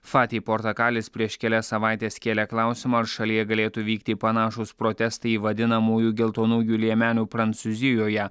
fati portakalis prieš kelias savaites kėlė klausimą ar šalyje galėtų vykti panašūs protestai į vadinamųjų geltonųjų liemenių prancūzijoje